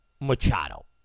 Machado